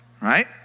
right